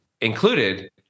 included